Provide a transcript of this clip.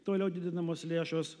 toliau didinamos lėšos